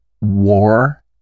war